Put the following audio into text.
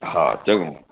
हा चङो